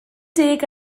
deg